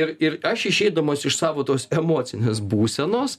ir ir aš išeidamas iš savo tos emocinės būsenos